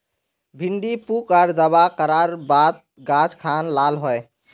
भिन्डी पुक आर दावा करार बात गाज खान लाल होए?